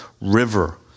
river